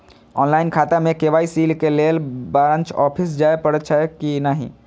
Online खाता में KYC के लेल ब्रांच ऑफिस जाय परेछै कि नहिं?